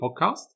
Podcast